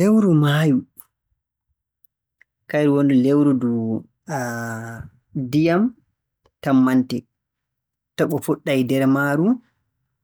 Lewru maayu, kayru woni lewru ndu ndiyam ndiyam tammantee. Toɓo fuɗɗay nder maaru.